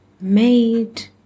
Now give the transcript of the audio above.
made